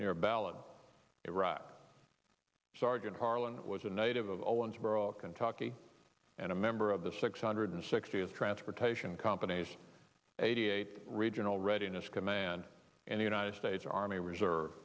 near balad iraq sergeant harlan was a native of owensboro kentucky and a member of the six hundred sixty as transportation companies eighty eight regional readiness command in the united states army reserve